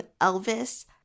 Elvis